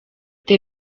the